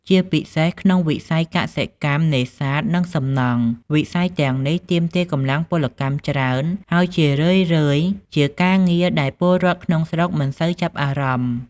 ជាពិសេសក្នុងវិស័យកសិកម្ម នេសាទ និងសំណង់ វិស័យទាំងនេះទាមទារកម្លាំងពលកម្មច្រើន ហើយជារឿយៗជាការងារដែលពលរដ្ឋក្នុងស្រុកមិនសូវចាប់អារម្មណ៍ ។